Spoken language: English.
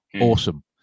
Awesome